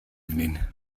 evening